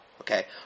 Okay